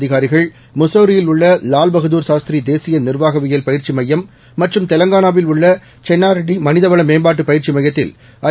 அதிகாரிகள் முசோரியில் உள்ள லால் பகதார் சாஸ்திரி தேசிய நிர்வாகவியல் பயிற்சி மையம் மற்றும் தெலங்கானாவில் உள்ள சென்னாரெட்டி மனிதவள மேம்பாட்டு பயிற்சி மையத்தில் ஐ